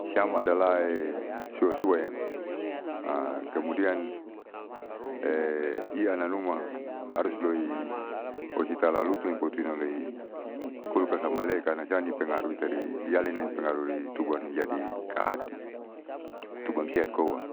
Siam adalah susuaem kemudian ianamnuma harus loi lohita alalutupoiitinam kulkas amaile'e karna siani pengaruh itari rialem pengaruhri tubuam ni jadi kahati tubuam sehat koa.